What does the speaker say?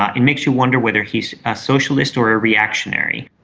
ah and makes you wonder whether he's a socialist or a reactionary.